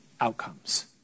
outcomes